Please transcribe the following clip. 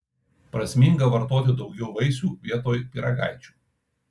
prasminga vartoti daugiau vaisių vietoj pyragaičių